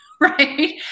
right